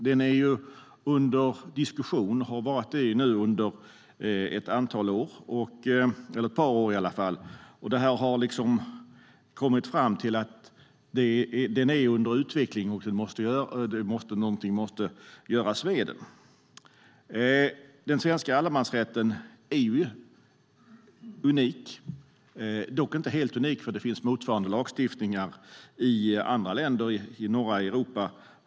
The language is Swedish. Den är under diskussion och har varit det under ett par år. Den är under utveckling, och något måste göras med den. Den svenska allemansrätten är unik, dock inte helt unik, för det finns motsvarande lagstiftningar i andra länder i norra Europa.